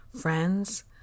friends